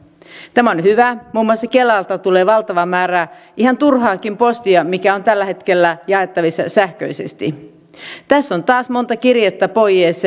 tämä on hyvä muun muassa kelalta tulee valtava määrä ihan turhaakin postia joka on tällä hetkellä jaettavissa sähköisesti tässä on taas monta kirjettä pois